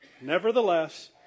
Nevertheless